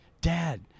dad